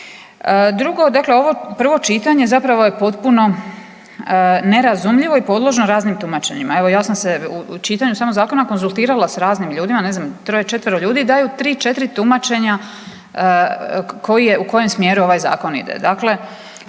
Drugo, dakle ovo prvo čitanje zapravo je potpuno nerazumljivo i podložno raznim tumačenjima. Evo ja sam se u čitanju samog zakona konzultirala s raznim ljudima, ne znam troje, četvero ljudi daju tri, četiri tumačenja u kojem smjeru ovaj zakon ide.